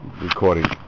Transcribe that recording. recording